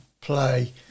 play